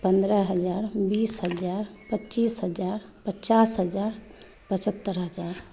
पंद्रह हज़ार बीस हज़ार पच्चीस हज़ार पचास हज़ार पचहत्तरि हज़ार